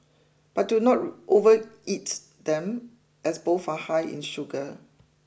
but do not overeat them as both are high in sugar